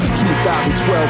2012